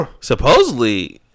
supposedly